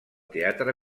teatre